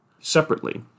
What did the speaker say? separately